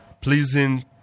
pleasing